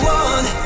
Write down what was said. one